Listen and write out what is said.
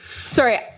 Sorry